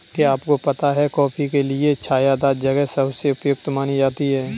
क्या आपको पता है कॉफ़ी के लिए छायादार जगह सबसे उपयुक्त मानी जाती है?